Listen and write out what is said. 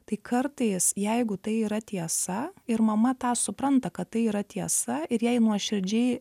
tai kartais jeigu tai yra tiesa ir mama tą supranta kad tai yra tiesa ir jai nuoširdžiai